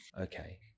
Okay